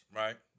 right